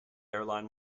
airline